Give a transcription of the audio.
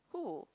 who